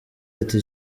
ati